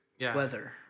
weather